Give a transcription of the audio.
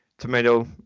Tomato